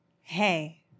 Hey